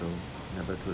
so never too